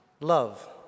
Love